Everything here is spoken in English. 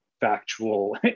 factual